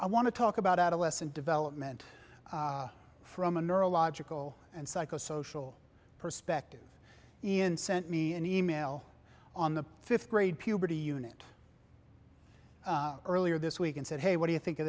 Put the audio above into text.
i want to talk about adolescent development from a neurological and psychosocial perspective in sent me an email on the fifth grade puberty unit earlier this week and said hey what do you think of